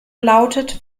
lautet